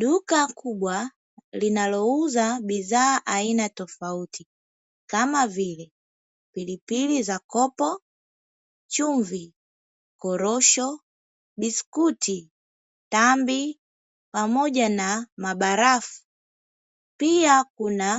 Duka kubwa linalouza bidhaa aina tofauti kama pilipili za kopo, chumvi, korosho, biskuti, tambi pamoja na mabarafu pia kuna